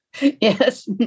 yes